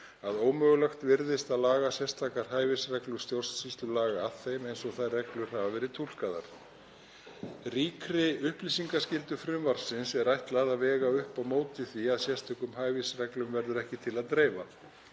að ómögulegt virðist að laga sérstakar hæfisreglur stjórnsýslulaga að þeim eins og þær reglur hafa verið túlkaðar. Ríkri upplýsingaskyldu frumvarpsins er ætlað að vega upp á móti því að sérstökum hæfisreglum verður ekki til að dreifa.